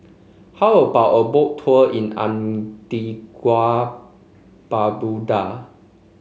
how about a Boat Tour in Antigua Barbuda